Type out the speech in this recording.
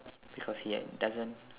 because he doesn't